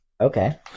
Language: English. Okay